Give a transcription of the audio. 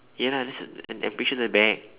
ya lah that's a I'm pretty sure that's a bag